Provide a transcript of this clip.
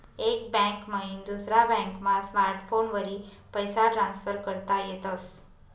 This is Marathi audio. एक बैंक मईन दुसरा बॅकमा स्मार्टफोनवरी पैसा ट्रान्सफर करता येतस